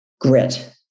grit